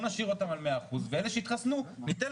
נשאיר אותם על 100% ואלו שיתחסנו אז ניתן